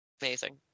Amazing